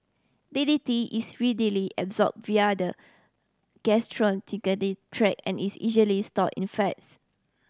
D D T is readily absorbed via the tract and is easily stored in fats